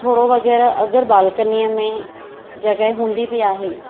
थोरा वग़ैरह अगरि बालकनीअ में जॻह हूंदी बि आहे